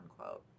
unquote